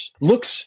looks